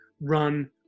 run